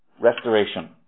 restoration